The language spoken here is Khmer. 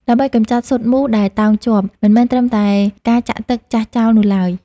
ដើម្បីកម្ចាត់ស៊ុតមូសដែលតោងជាប់ មិនមែនត្រឹមតែការចាក់ទឹកចាស់ចោលនោះឡើយ។